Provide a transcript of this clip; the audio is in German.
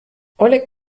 oleg